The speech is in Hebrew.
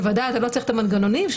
בוודאי אתה לא צריך את המנגנונים של